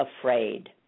afraid